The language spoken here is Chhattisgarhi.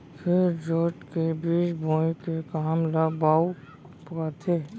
खेत जोत के बीज बोए के काम ल बाउक कथें